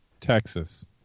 Texas